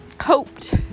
hoped